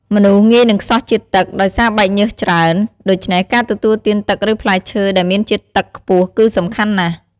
មនុស្សងាយនឹងខ្សោះជាតិទឹក ដោយសារបែកញើសច្រើន ដូច្នេះការទទួលទានទឹកឬផ្លែឈើដែលមានជាតិទឹកខ្ពស់គឺសំខាន់ណាស់។